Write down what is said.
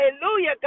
Hallelujah